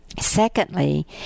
Secondly